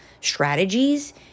strategies